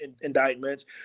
indictments